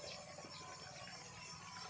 NBFC అంటే ఏంటిది ఎందుకు యూజ్ చేయాలి?